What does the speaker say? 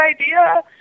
idea